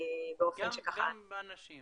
גם בנשים